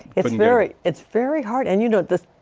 it's very it's very hard and you know this.